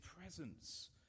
presence